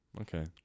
okay